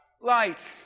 Lights